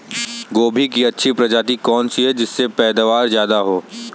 गोभी की अच्छी प्रजाति कौन सी है जिससे पैदावार ज्यादा हो?